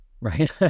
right